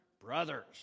Brothers